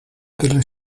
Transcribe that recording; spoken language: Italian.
delle